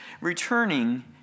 returning